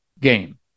game